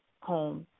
home